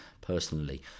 personally